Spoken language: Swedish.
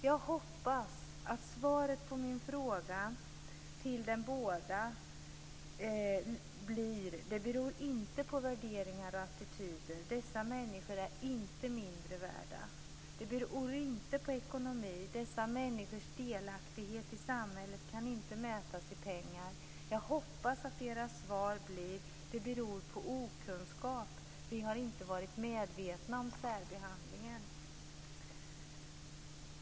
Jag hoppas att svaret på min fråga till dem båda blir: Det beror inte på värderingar och attityder. Dessa människor är inte mindre värda. Det beror inte på ekonomi. Dessa människors delaktighet i samhället kan inte mätas i pengar. Jag hoppas att deras svar blir: Det beror på okunskap. Vi har inte varit medvetna om särbehandlingen.